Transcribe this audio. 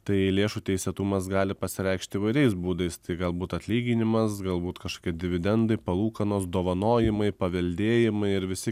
tai lėšų teisėtumas gali pasireikšti įvairiais būdais tai galbūt atlyginimas galbūt kažkokie dividendai palūkanos dovanojimai paveldėjimai ir visi